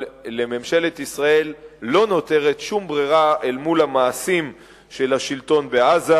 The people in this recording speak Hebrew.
אבל לממשלת ישראל לא נותרת שום ברירה אל מול המעשים של השלטון בעזה.